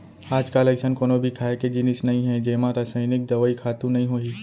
आजकाल अइसन कोनो भी खाए के जिनिस नइ हे जेमा रसइनिक दवई, खातू नइ होही